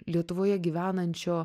lietuvoje gyvenančio